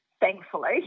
thankfully